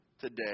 today